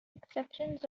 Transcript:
exceptions